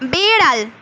বেড়াল